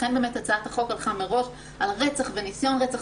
לכן הצעת החוק הלכה מראש על רצח וניסיון רצח,